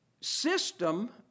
system